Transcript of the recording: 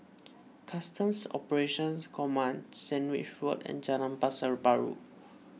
Customs Operations Command Sandwich Road and Jalan Pasar Baru